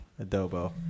Adobo